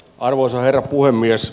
arvoisa herra puhemies